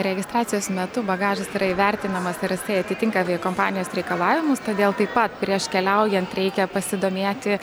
registracijos metu bagažas yra įvertinamas ar jisai atitinka aviakompanijos reikalavimus todėl taip pat prieš keliaujant reikia pasidomėti